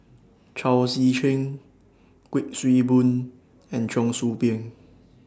Chao Tzee Cheng Kuik Swee Boon and Cheong Soo Pieng